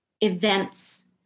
events